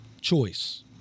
choice